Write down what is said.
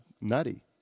nutty